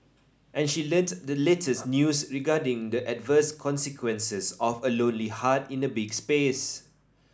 and she learnt the latest news regarding the adverse consequences of a lonely heart in a big space